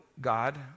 God